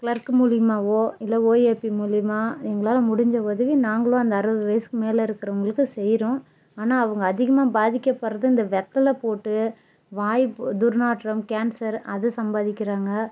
clerk மூலியமாகவோ இல்லை OAP மூலியமாக எங்களால் முடிஞ்ச உதவி நாங்களும் அந்த அறுபது வயசுக்கு மேலே இருக்கிறவங்களுக்கு செய்யறோம் ஆனால் அவங்க அதிகமாக பாதிக்கப்படுறது இந்த வெத்தல போட்டு வாய் துர்நாற்றம் கேன்சர் அது சம்பாதிக்குறாங்க